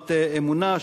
תנועת "אמונה",